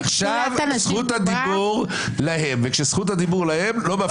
וגם קורא לאי-השתתפות במילואים.